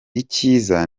icyiza